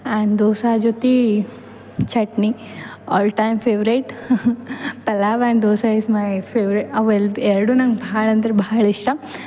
and dosa ಜೊತೆ chutney all time favourite pulao and dosa is my favourite ಅವೆರಡು ಎರಡು ನಂಗೆ ಭಾಳ ಅಂದ್ರೆ ಭಾಳ ಇಷ್ಟ